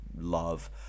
love